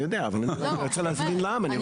אני יודע אבל אני רוצה להבין למה.